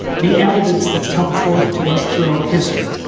the evidence that's come forth to us throughout history.